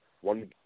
one